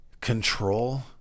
Control